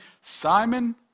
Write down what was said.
Simon